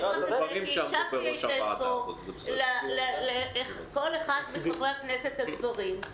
אני אומרת את זה כי הקשבתי היטב איך כל אחד מחברי הכנסת הגברים דיבר פה.